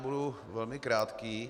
Budu velmi krátký.